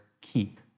keep